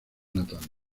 natal